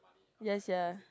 ya sia